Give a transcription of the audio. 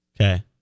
Okay